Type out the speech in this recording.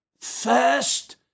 first